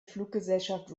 fluggesellschaft